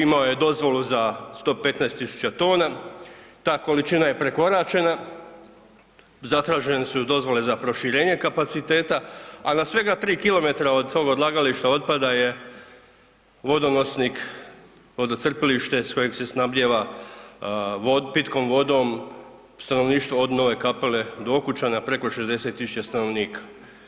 Imao je dozvolu za 115.000 tona, ta količina je prekoračena, zatražene su dozvole za proširenje kapaciteta, a na svega tri kilometra od toga odlagališta otpada je vodonosnik, vodocrpilište s kojeg se snabdijeva pitkom vodom stanovništvo od Nove Kapele do Okučana preko 60.000 stanovnika.